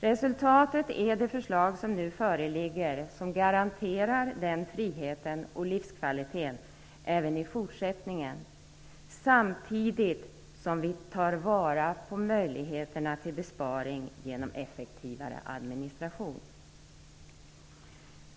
Resultatet är det förslag som nu föreligger som garanterar den friheten och livskvaliteten även i fortsättningen, samtidigt som vi tar vara på möjligheterna till besparing genom effektivare administration.